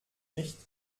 nicht